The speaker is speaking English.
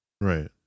right